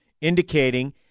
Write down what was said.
indicating